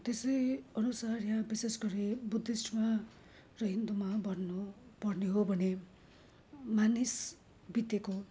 त्यसै अनुसार यहाँ विशेष गरि बुद्धिस्टमा र हिन्दूमा भन्नु पर्ने हो भने मानिस बितेको